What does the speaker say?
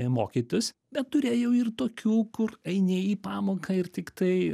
mokytis bet turėjau ir tokių kur eini į pamoką ir tiktai